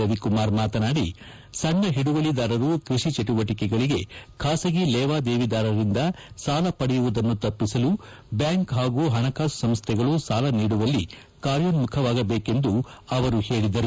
ರವಿಕುಮಾರ್ ಮಾತನಾಡಿ ಸಣ್ಣ ಹಿಡುವಳಿದಾರರು ಕೃಷಿ ಚಟುವಟಕೆಗಳಗೆ ಖಾಸಗಿ ಲೇವಾದೇವಿದಾರರಿಂದ ಸಾಲ ಪಡೆಯುವದನ್ನು ತಪ್ಪಿಸಲು ಬ್ಯಾಂಕು ಹಾಗೂ ಪಣಕಾಸು ಸಂಸ್ಥೆಗಳು ಸಾಲ ನೀಡುವಲ್ಲಿ ಕಾರ್ಯೋನ್ಮುಖವಾಗಬೇಕೆಂದು ಅವರು ಹೇಳಿದರು